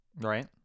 Right